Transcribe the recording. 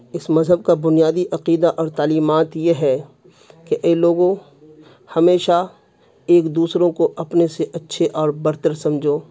اس مذہب کا بنیادی عقیدہ اور تعلیمات یہ ہے کہ اے لوگو ہمیشہ ایک دوسروں کو اپنے سے اچھے اور برتر سمجھو